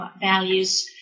values